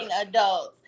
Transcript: adults